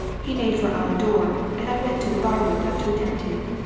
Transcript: he made for our door, and i went to the bar-window to attend to him.